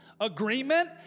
Agreement